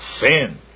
sin